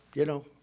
you know,